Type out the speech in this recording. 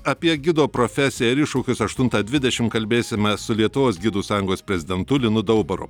apie gido profesiją ir iššūkius aštuntą dvidešim kalbėsime su lietuvos gidų sąjungos prezidentu linu daubaru